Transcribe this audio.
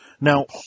Now